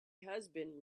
husband